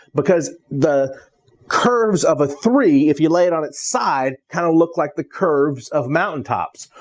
because the curves of a three, if you lay it on its side, kind of look like the curves of mountaintops.